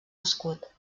escut